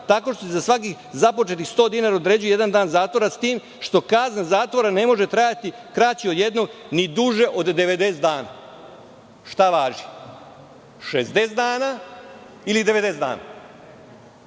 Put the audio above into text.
tako što će za svakih započetih 100 dinara odrediti jedan dan zatvora, s tim što kazna zatvora ne može trajati kraće od jedno ni duže od 90 dana. Šta važi? Šezdeset dana ili 90 dana?